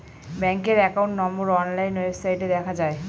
ব্যাঙ্কের account number online ওয়েবসাইটে দেখা যায়